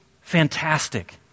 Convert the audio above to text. fantastic